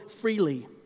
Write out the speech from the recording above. freely